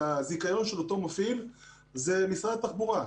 הזיכיון של אותו מפעיל זה משרד התחבורה.